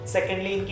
Secondly